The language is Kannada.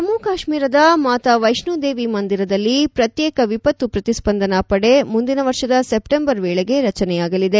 ಜಮ್ಮು ಕಾಶ್ಟೀರದ ಮಾತಾ ವೈಷ್ಣೋದೇವಿ ಮಂದಿರದಲ್ಲಿ ಪ್ರತ್ಯೇಕ ವಿಪತ್ತು ಪ್ರತಿಸ್ಪಂದನಾ ಪಡೆ ಮುಂದಿನ ವರ್ಷದ ಸೆಪ್ಟೆಂಬರ್ ವೇಳೆಗೆ ರಚನೆಯಾಗಲಿದೆ